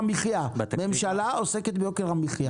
ממשלה עוסקת ביוקר המחיה.